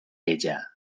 ella